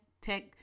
tech